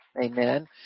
Amen